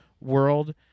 world